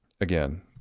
again